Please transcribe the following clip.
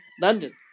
London